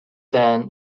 then